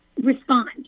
respond